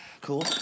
Cool